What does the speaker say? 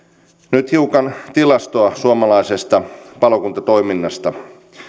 nyt hiukan tilastoa suomalaisesta palokuntatoiminnasta